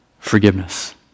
forgiveness